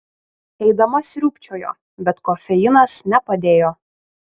eidama sriūbčiojo bet kofeinas nepadėjo